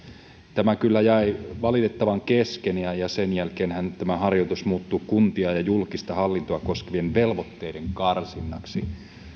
tämä kyllä jäi valitettavasti kesken ja ja sen jälkeenhän tämä harjoitus muuttui kuntia ja julkista hallintoa koskevien velvoitteiden karsinnaksi